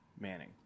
Manning